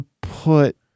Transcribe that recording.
put